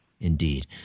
Indeed